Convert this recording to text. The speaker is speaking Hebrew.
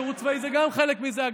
שירות צבאי גם הוא חלק מזה,